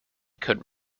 could